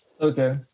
Okay